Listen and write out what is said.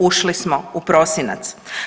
Ušli smo u prosinac.